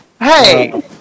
Hey